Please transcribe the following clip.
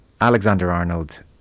Alexander-Arnold